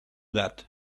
that